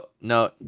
No